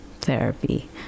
therapy